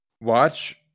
Watch